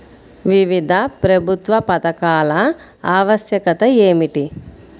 వివిధ ప్రభుత్వా పథకాల ఆవశ్యకత ఏమిటి?